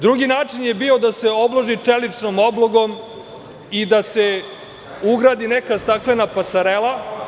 Drugi način je bio da se obloži čeličnom oblogom i da se ugradi neka staklena pasarela.